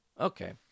okay